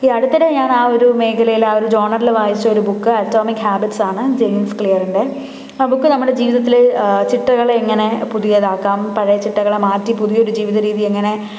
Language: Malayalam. ഈ അടുത്തിടെ ഞാൻ ആ ഒരു മേഖലയിൽ ആ ഒരു ജോണറിൽ വായിച്ച വായിച്ചൊരു ബുക്ക് അറ്റോമിക് ഹാബിറ്റ്സ് ആണ് ജെയിംസ് ക്ലിയറിന്റെ ആ ബുക്ക് നമ്മളെ ജീവിതത്തില് ചിട്ടകളെ എങ്ങനെ പുതിയതാക്കാം പഴയ ചിട്ടകളെ മാറ്റി പുതിയൊരു ജീവിത രീതി എങ്ങനെ